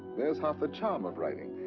there's half the charm of writing.